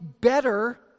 better